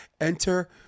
Enter